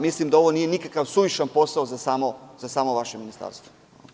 Mislim da ovo nije nikakav suvišan posao za samo vaše ministarstvo.